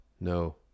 no